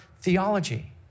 theology